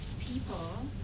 people